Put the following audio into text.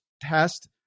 test